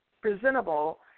presentable